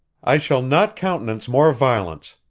i shall not countenance more violence!